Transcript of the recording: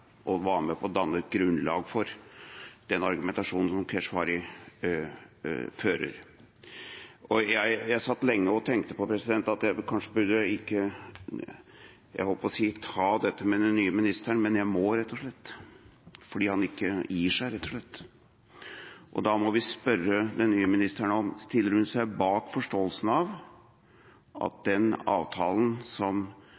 Fremskrittspartiet, var med på her, og som er med på å danne et grunnlag for den argumentasjonen som Keshvari fører. Jeg satt lenge og tenkte på at jeg kanskje ikke burde ta dette med den nye ministeren, men jeg må, rett og slett, fordi han ikke gir seg, og da må vi spørre den nye ministeren: Stiller hun seg bak forståelsen av at den avtalen som